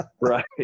Right